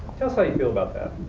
us how you feel about that.